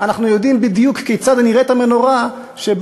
אנחנו יודעים בדיוק כיצד נראית המנורה שבה